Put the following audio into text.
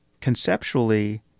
conceptually